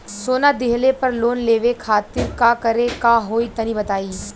सोना दिहले पर लोन लेवे खातिर का करे क होई तनि बताई?